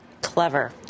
Clever